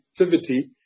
activity